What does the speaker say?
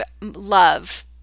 love